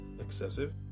excessive